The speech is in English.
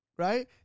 Right